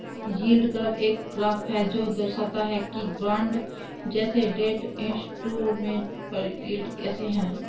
yield curve एक graph है जो दर्शाता है कि बॉन्ड जैसे डेट इंस्ट्रूमेंट पर यील्ड कैसे है